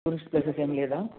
tourist places ఏమి లేదా